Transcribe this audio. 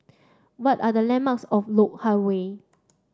what are the landmarks of Lok Hang Way